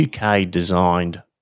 UK-designed